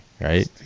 right